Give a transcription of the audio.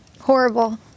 Horrible